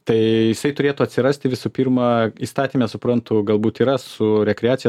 tai jisai turėtų atsirasti visų pirma įstatyme suprantu galbūt yra su rekreacija su ka su